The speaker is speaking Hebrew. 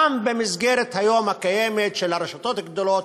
גם במסגרת הקיימת היום של רשתות גדולות,